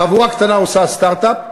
חבורה קטנה עושה סטרט-אפ.